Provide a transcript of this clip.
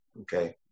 okay